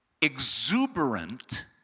exuberant